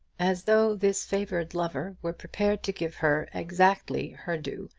as though this favoured lover were prepared to give her exactly her due,